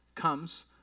comes